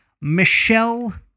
Michelle